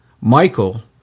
Michael